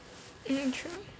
um true